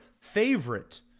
favorite